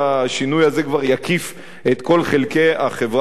הזה כבר יקיף את כל חלקי החברה הישראלית.